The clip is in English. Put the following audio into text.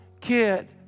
kid